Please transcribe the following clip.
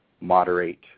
moderate